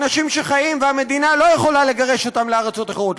אנשים שחיים כאן והמדינה לא יכולה לגרש אותם לארצות אחרות,